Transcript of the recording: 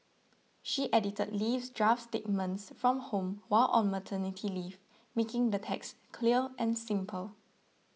she edited Lee's draft statements from home while on maternity leave making the text clear and simple